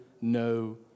no